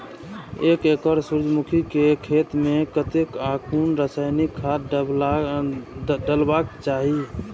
एक एकड़ सूर्यमुखी केय खेत मेय कतेक आ कुन रासायनिक खाद डलबाक चाहि?